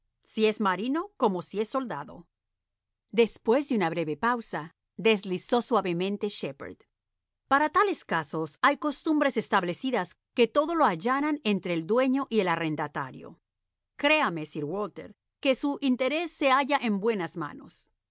si es marino como si es soldado después de una breve pausa deslizó suavemente sh eph erd para tales casos hay costumbres establecidas iiue todo lo allanan entre el dueño y el arrendatario créame sir walter que su interés se halla en buenas manos